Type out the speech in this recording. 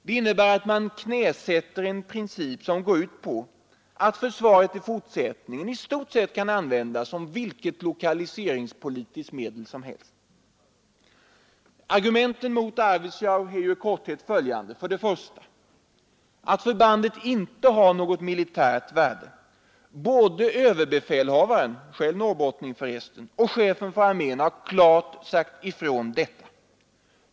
Det innebär att man knäsätter en princip som går ut på att försvaret i stort sett kan användas som vilket lokaliseringspolitiskt medel som helst. Argumenten mot Arvidsjaur är i korthet följande: 1. Förbandet har inte något militärt värde. Både överbefälhavaren — själv norrbottning, förresten — och chefen för armén har klart sagt ifrån detta.